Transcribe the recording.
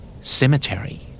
Cemetery